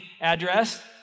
address